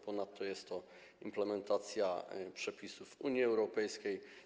Ponadto jest to implementacja przepisów Unii Europejskiej.